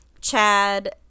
Chad